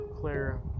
clear